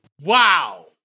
Wow